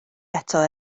eto